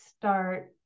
start